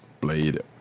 Blade